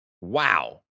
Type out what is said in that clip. Wow